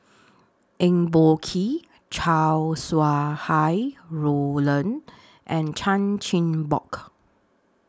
Eng Boh Kee Chow Sau Hai Roland and Chan Chin Bock